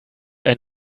ein